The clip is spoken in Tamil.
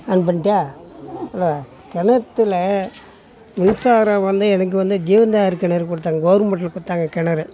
ஆன் பண்ட்டியா அதான் கிணத்துல மின்சாரம் வந்து எனக்கு வந்து கெவுந்தா இருக்கணுன்னு கொடுத்தாங்க கவுர்மெண்ட்டில் கொடுத்தாங்க கிணறு